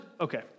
okay